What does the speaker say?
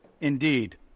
indeed